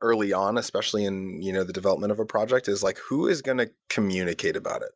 early on, especially in you know the development of a project, is like who is going to communicate about it?